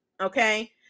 okay